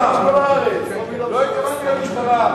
לא התכוונתי למשטרה.